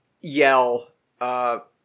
yell